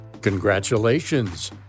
Congratulations